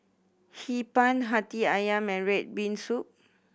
Hee Pan Hati Ayam and red bean soup